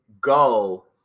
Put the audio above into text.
go